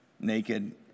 Naked